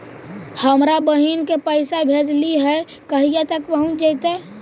हमरा बहिन के पैसा भेजेलियै है कहिया तक पहुँच जैतै?